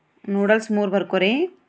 noodles ಮೂರು ಬರ್ಕೋ ರಿ